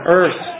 earth